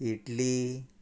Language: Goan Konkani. इडली